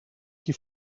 qui